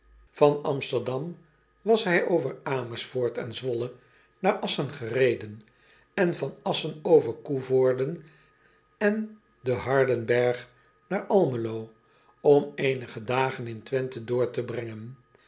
an msterdam was hij over mersfoort en wolle naar ssen gereden en van ssen over oevorden en den ardenberg naar lmelo om eenige dagen in wenthe door te brengen